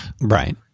Right